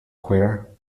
queer